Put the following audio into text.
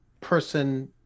person